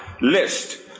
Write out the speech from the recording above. list